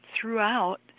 throughout